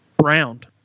Round